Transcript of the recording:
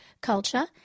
culture